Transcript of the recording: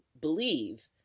believe